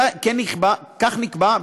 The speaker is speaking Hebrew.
כך נקבע,